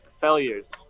failures